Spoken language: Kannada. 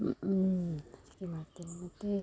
ಮಾಡ್ತೇನೆ ಮತ್ತು